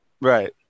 Right